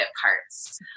parts